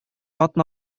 атна